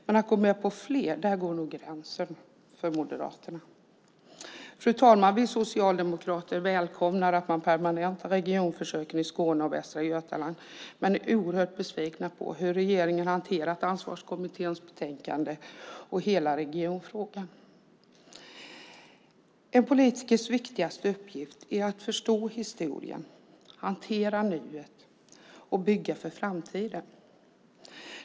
Men att gå med på fler - där går nog gränsen för Moderaterna. Fru talman! Vi socialdemokrater välkomnar att man permanentar regionförsöken i Skåne och Västra Götaland men är oerhört besvikna på hur regeringen har hanterat Ansvarskommitténs betänkande och hela regionfrågan. En politikers viktigaste uppgift är att förstå historien, hantera nuet och bygga för framtiden.